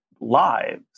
lives